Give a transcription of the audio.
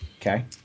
Okay